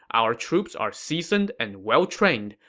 our troops are seasoned and well-trained,